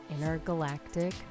intergalactic